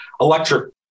electric